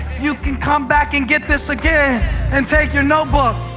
you can come back and get this again and take your notebook.